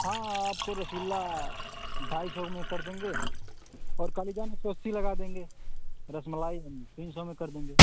हाँ आपको रसगुल्ला ढाई सौ में कर देंगे और काली जाम एक सौ अस्सी लगा देंगे रसमलाई हम तीन सौ में कर देंगे